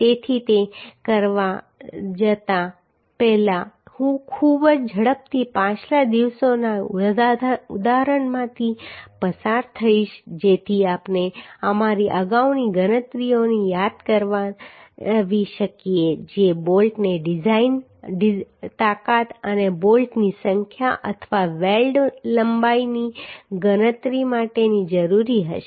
તેથી તે કરવા જતાં પહેલા હું ખૂબ જ ઝડપથી પાછલા દિવસોના ઉદાહરણમાંથી પસાર થઈશ જેથી આપણે અમારી અગાઉની ગણતરીઓને યાદ કરાવી શકીએ જે બોલ્ટની ડિઝાઇન તાકાત અને બોલ્ટની સંખ્યા અથવા વેલ્ડ લંબાઈની ગણતરી માટે જરૂરી હશે